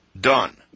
Done